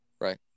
right